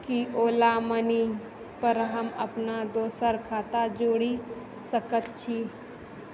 की Ola Money पर हम अपना दोसर खाता जोड़ि सकैत छी